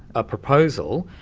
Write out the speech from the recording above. a proposal,